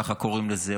ככה קוראים לזה,